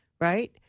right